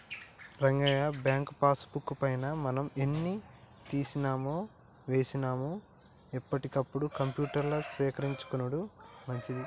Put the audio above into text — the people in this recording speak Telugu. రంగయ్య బ్యాంకు పాస్ బుక్ పైన మనం ఎన్ని తీసినామో వేసినాము ఎప్పటికప్పుడు కంప్యూటర్ల సేకరించుకొనుడు మంచిది